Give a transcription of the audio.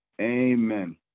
Amen